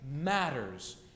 matters